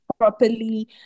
properly